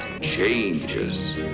changes